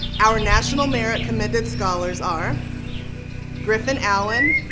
our national merit commended scholars are griffin allen,